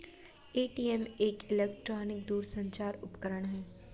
ATM एक electronic दूरसंचार उपकरण है